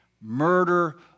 murder